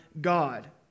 God